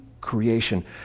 creation